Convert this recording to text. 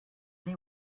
they